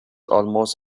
almost